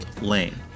Lane